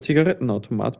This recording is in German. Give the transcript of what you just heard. zigarettenautomat